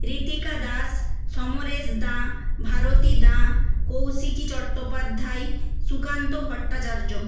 Ritika Das Samaresh Dan Bharati Dan Kaushiki Chattopadhyay Sukanta Bhattacharya